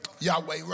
Yahweh